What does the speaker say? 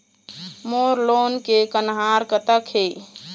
मोर loan के कन्हार कतक हे?